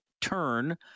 turn